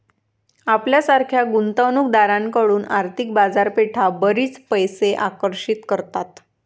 आपल्यासारख्या गुंतवणूक दारांकडून आर्थिक बाजारपेठा बरीच पैसे आकर्षित करतात